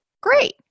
Great